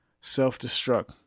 self-destruct